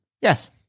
Yes